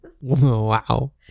Wow